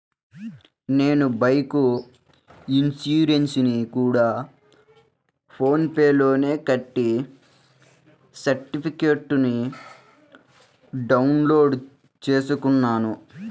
నేను బైకు ఇన్సురెన్సుని గూడా ఫోన్ పే లోనే కట్టి సర్టిఫికేట్టుని డౌన్ లోడు చేసుకున్నాను